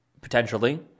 potentially